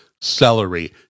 celery